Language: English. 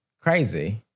crazy